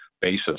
basis